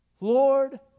Lord